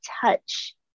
touch